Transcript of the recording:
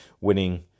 winning